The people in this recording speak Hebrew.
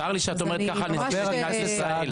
צר לי שאת אומרת כך על נשיא מדינת ישראל.